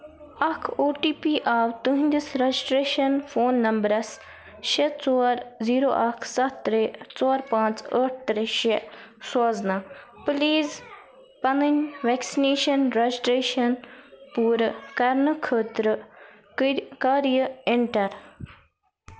اکھ O T P آو تُہنٛدِس رجسٹریشن فون نمبرَس شیٚے ژور زیٖرو اکھ سَتھ ترٛےٚ ژور پانٛژھ ٲٹھ ترٛےٚ شیٚے سوزنہٕ پلیز پنٕنۍ ویکسِنیشن رجسٹریشن پوٗرٕ کرنہٕ خٲطرٕ کٔر کر یہِ اینٹر